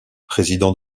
président